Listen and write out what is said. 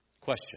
Question